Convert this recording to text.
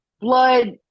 Blood